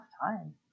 time